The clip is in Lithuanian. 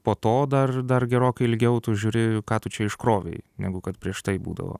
po to dar dar gerokai ilgiau tu žiūri ką tu čia iškrovei negu kad prieš tai būdavo